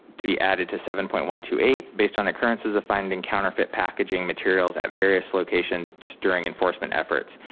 to be added to seven point one two eight based on occurrences of finding counterfeit packaging materials at various location, stirring enforcement efforts.